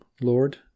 Lord